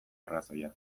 arrazoia